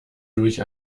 durch